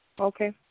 Okay